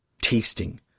tasting